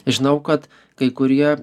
žinau kad kai kurie